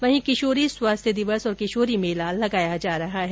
वहीं किशोरी स्वास्थ्य दिवस और किशोरी मेला आयोजित किया जा रहा है